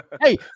Hey